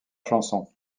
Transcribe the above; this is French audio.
chansons